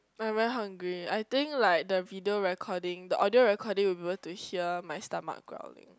I'm very hungry I think like the video recording the audio recording will be able to hear my stomach growling